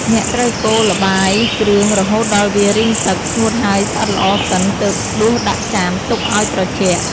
អ្នកត្រូវកូរល្បាយគ្រឿងរហូតដល់វារីងទឹក ស្ងួតហើយស្អិតល្អសិន ទើបដួសដាក់ចានទុកឲ្យត្រជាក់។